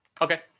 Okay